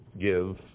give